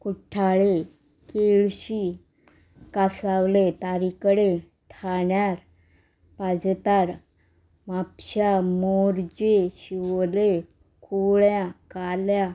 कुठ्ठाळे केळशी कासावले तारी कडेन थाण्यार पाजीतार म्हापश्यां मोरजें शिवोले कुळ्यां काल्यां